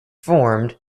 formed